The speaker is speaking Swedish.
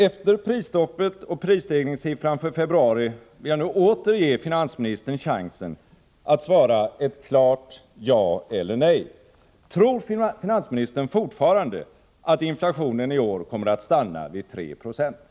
Efter prisstoppet och prisstegringssiffran för februari vill jag nu åter ge finansministern chansen att svara ett klart ja eller nej: Tror finansministern fortfarande att inflationen i år kommer att stanna vid 3 76?